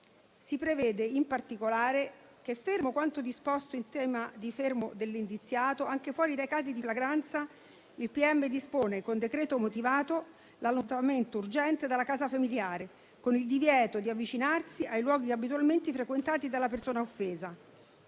Si prevede in particolare che, fermo quanto disposto in tema di fermo dell'indiziato, anche fuori dai casi di flagranza, il pubblico ministero dispone, con decreto motivato, l'allontanamento urgente dalla casa familiare, con il divieto di avvicinarsi ai luoghi abitualmente frequentati dalla persona offesa,